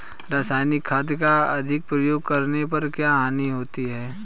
रासायनिक खाद का अधिक प्रयोग करने पर क्या हानि होती है?